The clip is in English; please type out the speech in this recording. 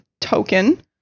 token